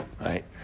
right